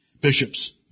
bishops